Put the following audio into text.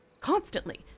constantly